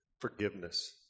forgiveness